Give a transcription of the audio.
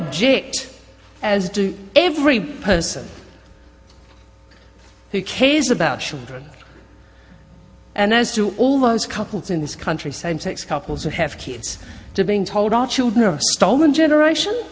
object as do every person who cares about children and as do almost couples in this country same sex couples who have kids to being told our children have stolen generation